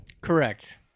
Correct